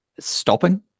stopping